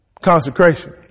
consecration